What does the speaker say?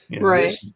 Right